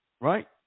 Right